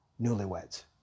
newlyweds